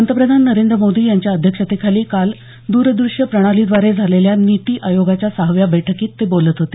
पंतप्रधान नरेंद्र मोदी यांच्या अध्यक्षतेखाली काल दरदृश्य प्रणालीद्वारे झालेल्या नीती आयोगाच्या सहाव्या बैठकीत ते बोलत होते